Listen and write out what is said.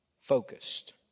focused